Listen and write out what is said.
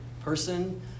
person